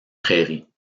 prairies